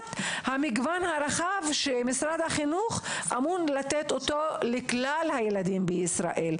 מבחינת המגוון הרחב שמשרד החינוך אמור לתת לכלל הילדים בישראל,